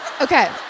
Okay